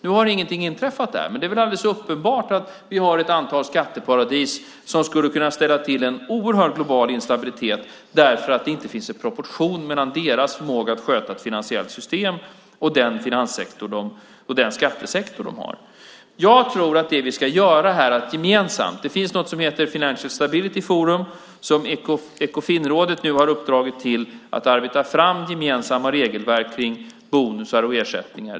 Nu har ingenting inträffat där, men det är alldeles uppenbart att det finns ett antal skatteparadis som skulle kunna ställa till en oerhörd global instabilitet därför att det inte finns en proportion mellan deras förmåga att sköta ett finansiellt system och den finans och skattesektor de har. Vi ska göra något gemensamt. Ekofinrådet har givit The Financial Stability Forum uppdraget att arbeta fram gemensamma regelverk om bonusar och ersättningar.